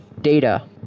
data